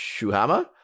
Shuhama